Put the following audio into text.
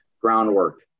groundwork